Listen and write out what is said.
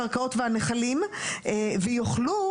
הקרקעות והנחלים וכך יוכלו